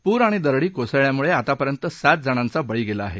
पूर आणि दरडी कोसळल्यानं आतापर्यंत सात जणांचा बळी गेला आहे